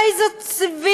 הרי זאת צביעות.